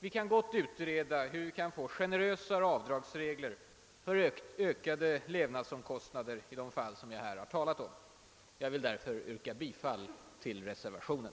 Vi kan gott utreda hur det skall kunna skapas generösare avdragsregler för ökade levnadsomkostnader i de fall som jag här har nämnt. Jag vill därför yrka bifall till reservationen.